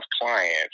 clients